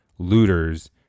looters